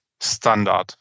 standard